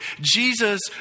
Jesus